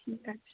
ঠিক আছে